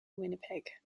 winnipeg